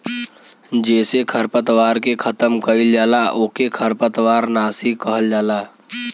जेसे खरपतवार के खतम कइल जाला ओके खरपतवार नाशी कहल जाला